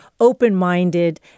open-minded